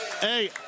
hey